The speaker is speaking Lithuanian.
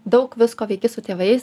daug visko veiki su tėvais